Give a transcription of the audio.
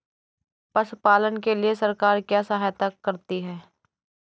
पशु पालन के लिए सरकार क्या सहायता करती है?